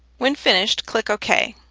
when finished, click ok.